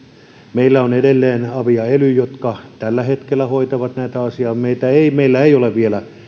meillä on edelleen avi ja ely jotka tällä hetkellä hoitavat näitä asioita meillä ei ole vielä